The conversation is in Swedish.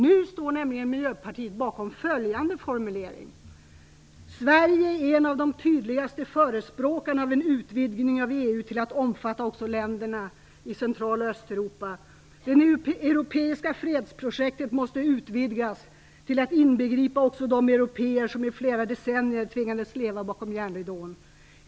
Nu står Miljöpartiet nämligen bakom följande formulering: "Sverige är en av de tydligaste förespråkarna av en utvidgning av EU till att omfatta också länderna i Central och Östeuropa. Det europeiska fredsprojektet måste utvidgas till att inbegripa också de européer som i flera decennier tvingades leva bakom järnridån.